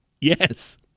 Yes